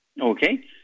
Okay